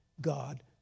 God